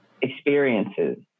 experiences